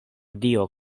dio